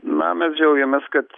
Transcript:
na mes džiaugiamės kad